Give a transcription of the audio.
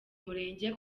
murenge